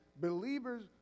believers